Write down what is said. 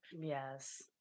Yes